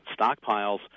stockpiles